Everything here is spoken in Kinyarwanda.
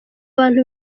abantu